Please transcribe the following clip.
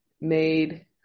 made